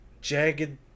jagged